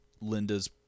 Linda's